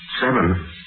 Seven